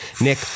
Nick